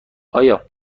آیا